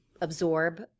absorb